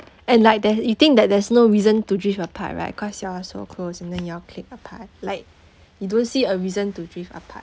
and like there's you think that there's no reason to drift apart right cause you all so close and then you all clique apart like you don't see a reason to drift apart